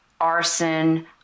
arson